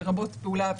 לרבות פעולה פסיכיאטרית.